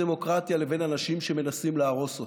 בדמוקרטיה לבין אנשים שמנסים להרוס אותה.